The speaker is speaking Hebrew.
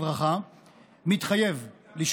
אמרתי את זה קודם,